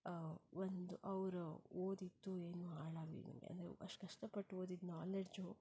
ಒಂದು ಅವ್ರು ಓದಿದ್ದು ಏನೂ ಹಾಳಾಗ್ಲಿಲ್ದಂಗೆ ಅಂದರೆ ಅಷ್ಟು ಕಷ್ಟಪಟ್ಟು ಓದಿದ್ದ ನಾಲೆಡ್ಜು